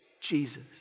Jesus